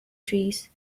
trees